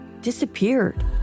disappeared